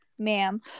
Ma'am